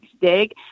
dig